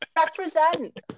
represent